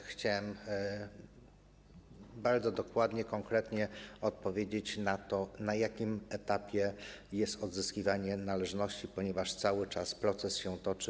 Chciałbym bardzo dokładnie, konkretnie odpowiedzieć na to, na jakim etapie jest odzyskiwanie należności, ponieważ cały czas toczy się proces.